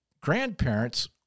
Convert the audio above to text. grandparents